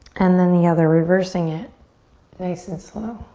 and then the other, reversing it nice and slow.